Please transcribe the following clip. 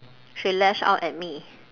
she lash out at me